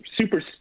super